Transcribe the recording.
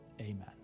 amen